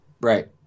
Right